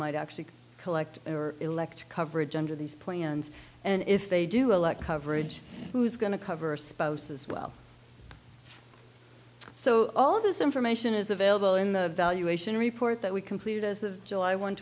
might actually collect or elect coverage under these plans and if they do elect coverage who's going to cover a spouse as well so all of this information is available in the valuation report that we completed as of july one